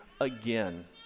again